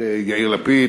את יאיר לפיד,